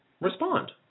respond